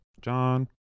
John